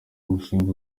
mushinga